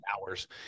hours